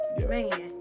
Man